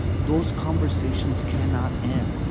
those conversations cannot end.